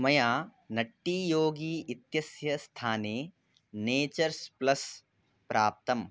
मया नट्टी योगी इत्यस्य स्थाने नेचर्स् प्लस् प्राप्तम्